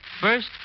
First